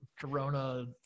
corona